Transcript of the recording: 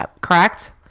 Correct